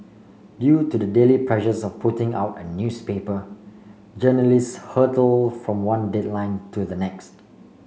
due to the daily pressures of putting out a newspaper journalists hurtle from one deadline to the next